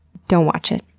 don't watch it.